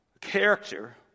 character